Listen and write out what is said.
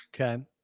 Okay